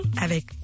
avec